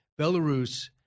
Belarus